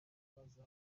kubaza